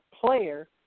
player